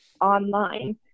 online